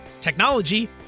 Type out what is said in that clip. technology